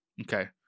Okay